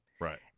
Right